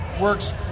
works